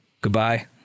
Goodbye